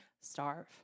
starve